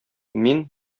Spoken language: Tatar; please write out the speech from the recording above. мин